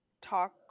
talk